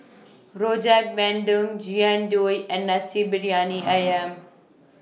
Rojak Bandung Jian Dui and Nasi Briyani Ayam